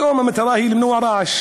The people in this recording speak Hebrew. פתאום המטרה היא למנוע רעש.